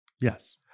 Yes